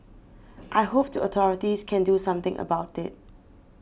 I hope the authorities can do something about it